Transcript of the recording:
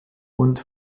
und